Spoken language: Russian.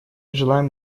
желаем